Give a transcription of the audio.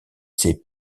ses